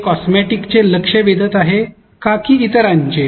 हे कॉस्मेटिकचे लक्ष वेधत आहे का की इतरांचे